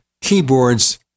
keyboards